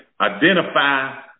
identify